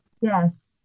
Yes